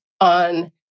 on